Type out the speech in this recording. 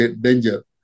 danger